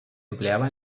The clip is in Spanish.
empleaba